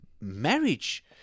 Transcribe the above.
marriage